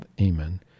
Amen